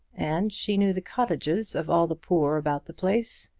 and she knew the cottages of all the poor about the place,